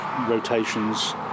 rotations